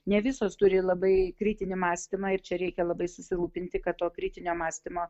ne visos turi labai kritinį mąstymą ir čia reikia labai susirūpinti kad to kritinio mąstymo